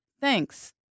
Thanks